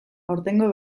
aurtengo